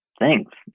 thanks